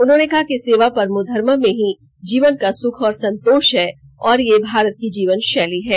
उन्होंने कहा कि सेवा परमो धर्म में ही जीवन का सुख और संतोष है और ये भारत की जीवन शैली है